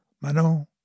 Manon